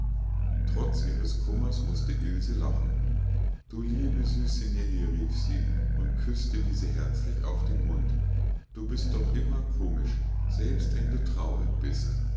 trotz ihres kummers mußte ilse lachen du liebe süße nellie rief sie und küßte diese herzlich auf den mund du bist doch immer komisch selbst wenn du traurig bist